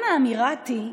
גם האמירתי,